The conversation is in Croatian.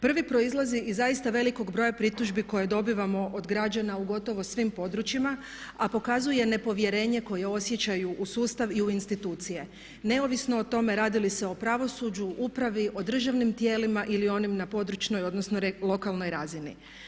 Prvi proizlazi iz zaista velikog broja pritužbi koje dobivamo od građana u gotovo svim područjima a pokazuje nepovjerenje koje osjećaju u sustav i u institucije neovisno o tom radi li se o pravosuđu, upravi, o državnim tijelima ili onim na područnoj, odnosno lokalnoj razini.